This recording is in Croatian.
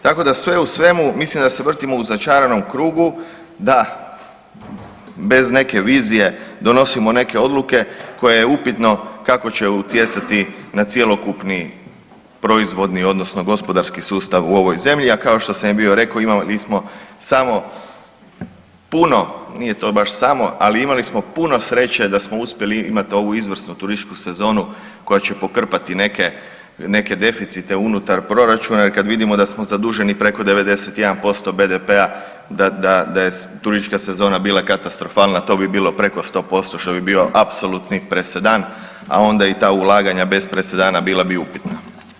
Tako da, sve u svemu mislim da se vrtimo u začaranom krugu, da bez neke vizije donosimo neke odluke koje je upitno kako će utjecati na cjelokupni proizvodni odnosno gospodarski sustav u ovoj zemlji, a kao što sam i bio rekao, imali smo samo puno, nije to baš samo, ali imali smo puno sreće da smo uspjeli imati ovu izvrsnu turističku sezonu koja će pokrpati neke deficite unutar proračuna, jer kada vidimo da smo zaduženi preko 91% BDP-a, da je turistička sezona bila katastrofalna, to bi bilo preko 100%, što bi bio apsolutni presedan, a onda i ta ulaganja bez presedana bila bi upitna.